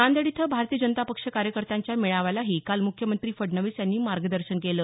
नांदेड इथं भारतीय जनता पक्ष कार्यकर्त्यांच्या मेळाव्यालाही काल मुख्यमंत्री फडणवीस यांनी मार्गदर्शन केलं